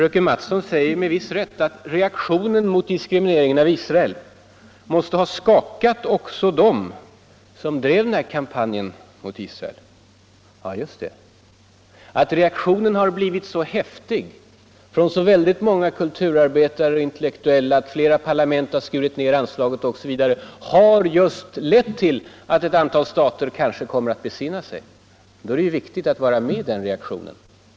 Med viss rätt säger fröken Mattson att reaktionen mot diskrimineringen av Israel måste ha skakat också dem som drev denna kampanj mot Israel. Ja, att reaktionen har blivit så häftig från så många kulturarbetare och intellektuella, att flera parlament har skurit ned anslaget osv., har just lett till att några stater kanske kommer att besinna sig. Då är det ju viktigt att också vi är med i den reaktionen.